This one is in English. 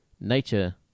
nature